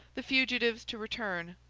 the fugitives to return,